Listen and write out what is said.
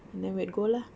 then we'd go lah